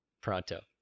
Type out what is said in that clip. Pronto